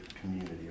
community